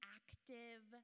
active